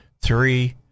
three